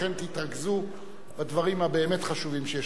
לכן תתרכזו בדברים הבאמת חשובים שיש לכם.